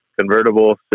convertible